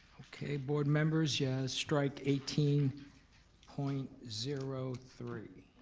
okay, board members, yeah, strike eighteen point zero three.